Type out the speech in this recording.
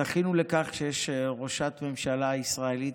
זכינו לכך שהייתה ראשת ממשלה ישראלית,